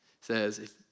says